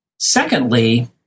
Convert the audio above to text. Secondly